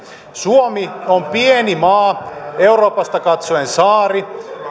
suomi on pieni maa euroopasta katsoen saari